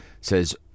says